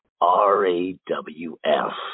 r-a-w-f